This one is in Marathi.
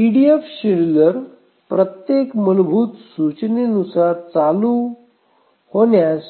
ईडीएफ शेड्युलर प्रत्येक मूलभूत सूचनेनुसार चालू होण्यास